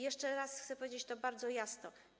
Jeszcze raz chcę powiedzieć to bardzo jasno.